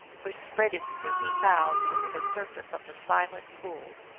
which spread its stooping boughs over the surface of a silent pool.